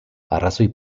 arrazoi